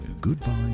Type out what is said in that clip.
goodbye